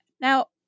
Now